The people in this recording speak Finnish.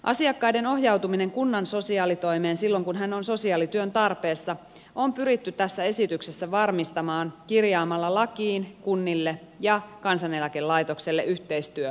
asiakkaiden ohjautuminen kunnan sosiaalitoimeen silloin kun hän on sosiaalityön tarpeessa on pyritty tässä esityksessä varmistamaan kirjaamalla lakiin kunnille ja kansaneläkelaitokselle yhteistyövelvoite